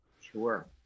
Sure